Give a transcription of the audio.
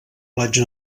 platja